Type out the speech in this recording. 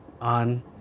on